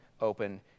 open